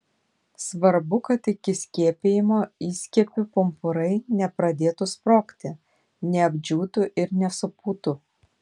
svarbu kad iki skiepijimo įskiepių pumpurai nepradėtų sprogti neapdžiūtų ir nesupūtų